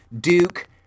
Duke